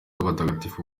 w’abatagatifu